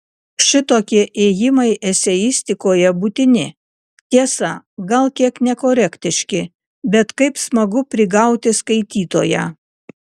šitokie ėjimai eseistikoje būtini tiesa gal kiek nekorektiški bet kaip smagu prigauti skaitytoją